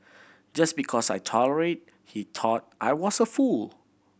just because I tolerate he thought I was a fool